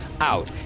out